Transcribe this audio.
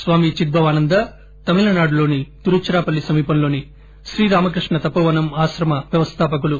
స్వామి Chidbhavananda తమిళనాడులోని తిరుచ్చిరాపల్లి సమీపంలోని శ్రీరామకృష్ణ తపోవనం ఆశ్రమ వ్యవస్థాపకులు